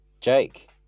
Jake